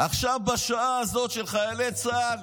עכשיו, בשעה הזאת שחיילי צה"ל